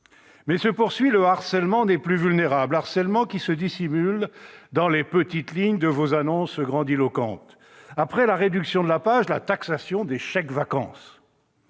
Mais se poursuit le harcèlement des plus vulnérables, harcèlement qui se dissimule dans les petites lignes de vos annonces grandiloquentes. Après la réduction de la PAJE, voilà la taxation des chèques-vacances,